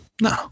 No